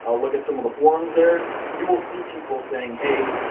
ah look at some of the forums there you will see people saying, hey,